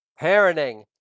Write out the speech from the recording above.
parenting